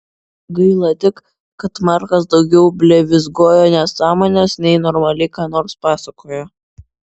gaila tik kad markas daugiau blevyzgojo nesąmones nei normaliai ką nors pasakojo